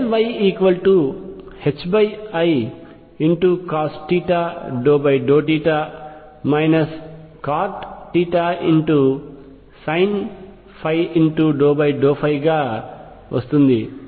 Ly icosθ∂θ cotθsinϕ∂ϕ గా వస్తుంది మరియు Lz విలువ i∂ϕ గా వస్తుంది